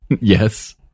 yes